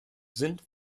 sind